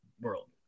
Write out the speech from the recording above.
world